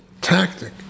tactic